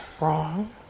wrong